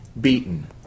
beaten